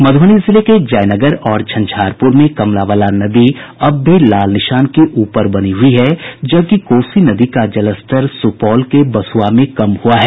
मधुबनी जिले के जयनगर और झंझारपुर में कमला बलान नदी अब भी लाल निशान के ऊपर बनी हुई है जबकि कोसी नदी का जलस्तर सुपौल जिले के बसुआ में कम हुआ है